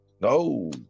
No